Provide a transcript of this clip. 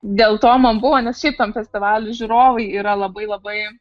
dėl to man buvo nes šiaip ten festivalis žiūrovai yra labai labai